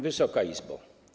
Wysoka Izbo!